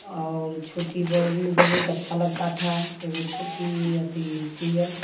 और छोटी बहू भी बहुत अच्छा लगता था ईगो छोटी अथि सिअल